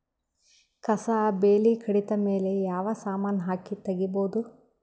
ಕಸಾ ಬೇಲಿ ಕಡಿತ ಮೇಲೆ ಯಾವ ಸಮಾನ ಹಾಕಿ ತಗಿಬೊದ?